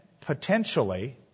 potentially